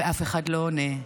ואף אחד לא עונה,